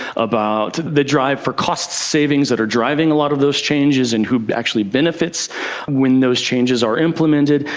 about the drive for cost savings that are driving a lot of those changes and who actually benefits when those changes are implemented.